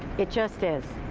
it just is.